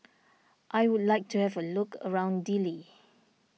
I would like to have a look around Dili